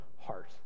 heart